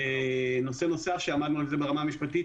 נושא נוסף שעמדנו עליו ברמה המשפטית,